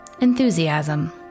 Enthusiasm